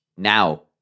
Now